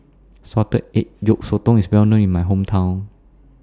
Salted Egg Yolk Sotong IS Well known in My Hometown